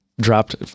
dropped